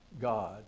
God